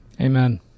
Amen